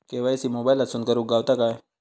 KYC मोबाईलातसून करुक गावता काय?